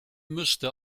müsste